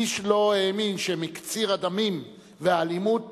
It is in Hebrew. איש לא האמין שמקציר הדמים והאלימות